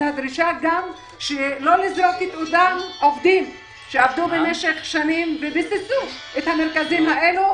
הדרישה גם לא לזרוק אותם עובדים שעבדו משך שנים וביססו את המרכזים האלה,